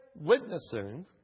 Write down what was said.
witnessing